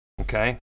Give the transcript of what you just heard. okay